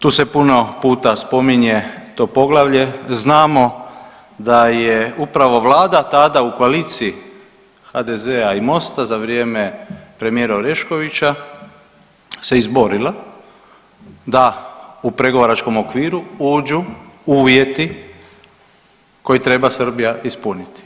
Tu se puno puta spominje to poglavlje, znamo da je upravo vlada tada u koaliciji HDZ-a i MOST-a za vrijeme premijera Oreškovića se izborila da u pregovaračkom okviru uđu uvjeti koji treba Srbija ispuniti.